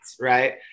right